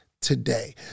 today